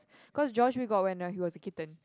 cause George we got when uh he was a kitten